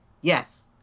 Yes